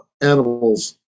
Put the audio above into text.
animals